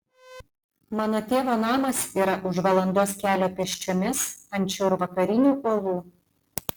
mano tėvo namas yra už valandos kelio pėsčiomis ant šiaurvakarinių uolų